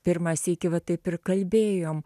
pirmą sykį va taip ir kalbėjom